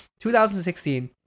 2016